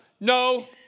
no